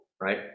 right